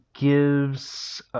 gives